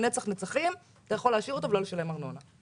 נטוש לנצח נצחים בלי לשלם עליו ארנונה.